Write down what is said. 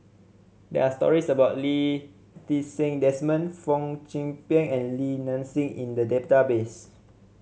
there are stories about Lee Ti Seng Desmond Fong Chong Pik and Li Nanxing in the database